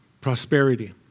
prosperity